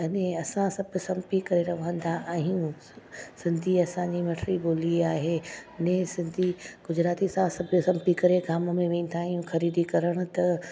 अने असां सभु सम्पी करे रहंदा आहियूं सिंधी असांजी मिठड़ी ॿोली आहे अने सिंधी गुजराती सां सभु सम्पी करे गांव में वेंदा आहियूं ख़रीदी करणु त